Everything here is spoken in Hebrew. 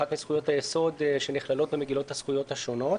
אחת מזכויות היסוד שנכללות במגילות הזכויות השונות.